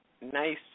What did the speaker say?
nice